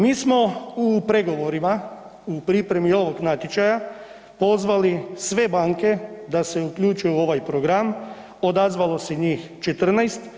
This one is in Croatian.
Mi smo u pregovorima u pripremi ovog natječaja pozvali sve banke da se uključe u ovaj program, odzvalo se njih 14.